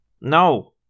No